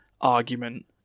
argument